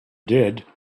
did